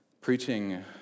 Preaching